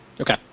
Okay